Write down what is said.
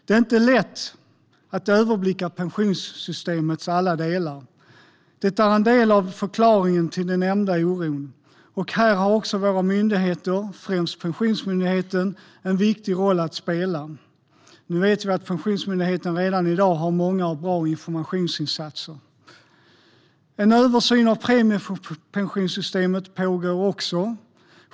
Det är inte lätt att överblicka pensionssystemets alla delar. Det är en del av förklaringen till den nämnda oron, och här har våra myndigheter, främst Pensionsmyndigheten, en viktig roll att spela. Nu vet vi att Pensionsmyndigheten redan i dag har många och bra informationsinsatser. En översyn av premiepensionssystemet pågår.